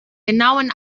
genauen